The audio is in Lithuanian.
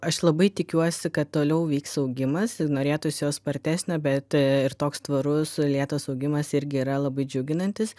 aš labai tikiuosi kad toliau vyks augimas ir norėtųs jo spartesnio bet ir toks tvarus lėtas augimas irgi yra labai džiuginantis